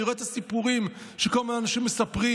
אני רואה את הסיפורים שכל הזמן אנשים מספרים: